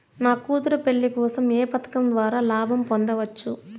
నా కూతురు పెళ్లి కోసం ఏ పథకం ద్వారా లాభం పొందవచ్చు?